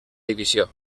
divisió